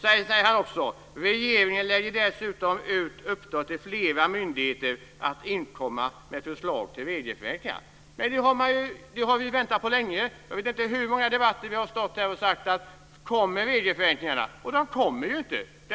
Sedan säger han också: "Regeringen lägger dessutom ut uppdrag till flera myndigheter att inkomma med förslag till regelförenklingar." Det har vi ju väntat på länge. Jag vet inte i hur många debatter vi har stått här och sagt: Kom med regelförenklingarna! Men de kommer ju inte. Det